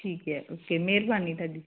ਠੀਕ ਹੈ ਓਕੇ ਮਿਹਰਬਾਨੀ ਤੁਹਾਡੀ